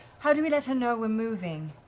how do we let her know we're moving?